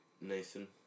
Nathan